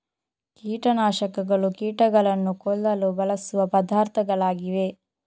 ಕೀಟ ನಾಶಕಗಳು ಕೀಟಗಳನ್ನು ಕೊಲ್ಲಲು ಬಳಸುವ ಪದಾರ್ಥಗಳಾಗಿವೆ